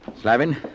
Slavin